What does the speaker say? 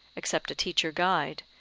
except a teacher guide,